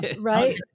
Right